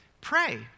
pray